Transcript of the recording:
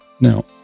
Now